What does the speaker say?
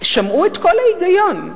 שמעו את קול ההיגיון,